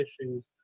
issues